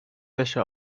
wäsche